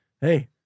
hey